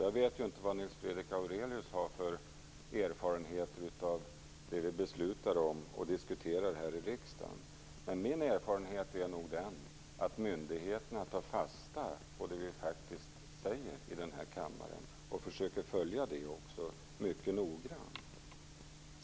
Jag vet ju inte vad Nils Fredrik Aurelius har för erfarenheter av det vi beslutar om och diskuterar här i riksdagen. Men min erfarenhet är nog att myndigheterna tar fasta på det vi faktiskt säger i den här kammaren och också försöker följa det mycket noggrant.